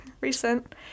recent